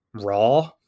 raw